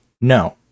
no